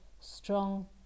strong